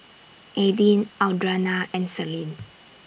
Adin Audrianna and Celine